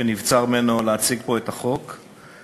שנבצר ממנו להציג פה את החוק.